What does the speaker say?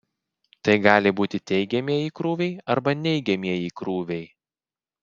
tai gali būti teigiamieji krūviai arba neigiamieji krūviai